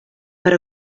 per